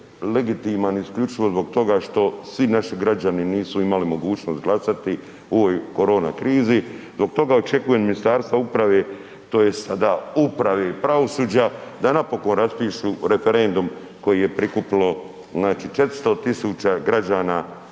legitiman isključivo zbog toga što svi naši građani nisu imali mogućnost glasati u ovoj korona krizi. Zbog toga očekujem od Ministarstva uprave tj. sada uprave i pravosuđa da napokon raspišu referendum koji je prikupilo znači 400.000 građana RH koji